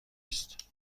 است